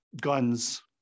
guns